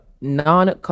non